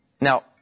Now